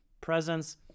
presence